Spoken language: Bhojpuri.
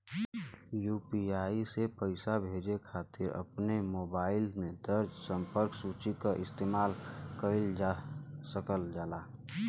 यू.पी.आई से पइसा भेजे खातिर अपने मोबाइल में दर्ज़ संपर्क सूची क इस्तेमाल कइल जा सकल जाला